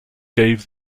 gave